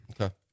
Okay